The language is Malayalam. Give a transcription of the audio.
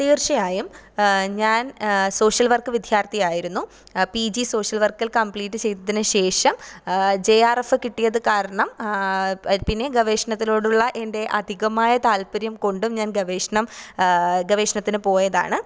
തീർച്ചയായും ഞാൻ സോഷ്യൽ വർക്ക് വിദ്യാർഥിയായിരുന്നു പീ ജി സോഷ്യൽ വർക്കിൽ കംപ്ലീറ്റ് ചെയ്തതിനുശേഷം ജെ ആർ എഫ് കിട്ടിയത് കാരണം പിന്നെ ഗവേഷണത്തിലോടുള്ള എൻ്റെ അധികമായ താല്പര്യം കൊണ്ടും ഞാൻ ഗവേഷണം ഗവേഷണത്തിന് പോയതാണ്